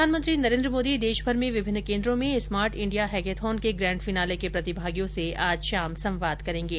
प्रधानमंत्री नरेंद्र मोदी देशमर में विभिन्न केंद्रों में स्मार्ट इंडिया हैकेथॉन के ग्रैंड फिनाले के प्रतिभागियों से आज शाम संवाद करेंगे